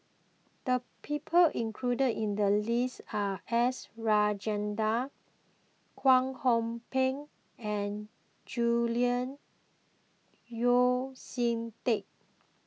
the people included in the list are S Rajendran Kwek Hong Png and Julian Yeo See Teck